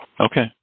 Okay